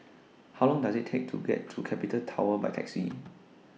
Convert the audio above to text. How Long Does IT Take to get to Capital Tower By Taxi